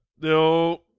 no